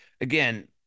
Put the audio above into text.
again